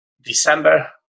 December